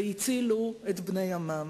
והצילו את בני עמם,